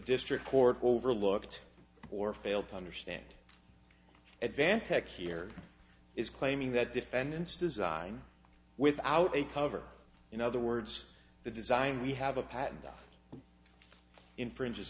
district court overlooked or fail to understand advantage here is claiming that defendants design without a cover in other words the design we have a patent on infringes